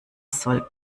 soll